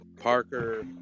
Parker